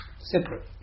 Separate